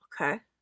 Okay